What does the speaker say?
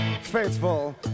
faithful